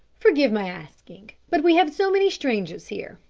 forgive my asking, but we have so many strangers here.